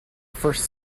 first